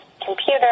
computer